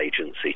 agency